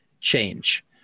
change